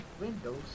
Windows